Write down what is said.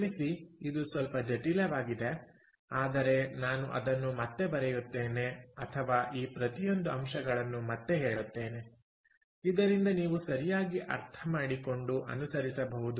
ಕ್ಷಮಿಸಿ ಇದು ಸ್ವಲ್ಪ ಜಟಿಲವಾಗಿದೆ ಆದರೆ ನಾನು ಅದನ್ನು ಮತ್ತೆ ಬರೆಯುತ್ತೇನೆ ಅಥವಾ ಈ ಪ್ರತಿಯೊಂದು ಅಂಶಗಳನ್ನು ಮತ್ತೆ ಹೇಳುತ್ತೇನೆ ಇದರಿಂದ ನೀವು ಸರಿಯಾಗಿ ಅರ್ಥಮಾಡಿಕೊಂಡು ಅನುಸರಿಸಬಹುದು